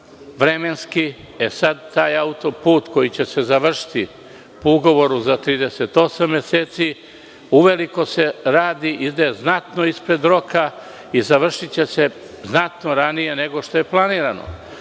vremenski. Taj auto-put koji će se završiti po ugovoru za 38 meseci uveliko se radi, ide znatno ispred roka i završiće se znatno ranije nego što je planirano. Moramo